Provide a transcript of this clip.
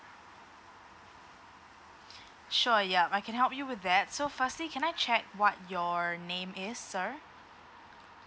sure ya I can help you with that so firstly can I check what your name is sir